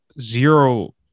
zero